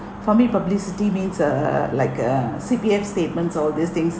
for me publicity means err like a C_P_F statements all these things